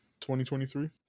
2023